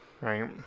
Right